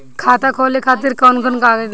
खाता खोले खातिर कौन कौन कागज लागी?